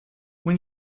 when